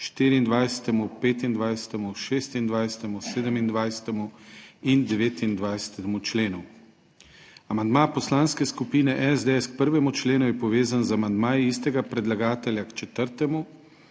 24., 25., 26., 27. in 29. členu. Amandma Poslanske skupine SDS k 1. členu je povezan z amandmaji istega predlagatelja k 4.,